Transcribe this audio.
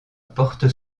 porte